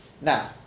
now